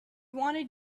wanted